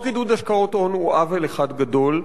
חוק עידוד השקעות הון הוא עוול אחד גדול,